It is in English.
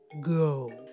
go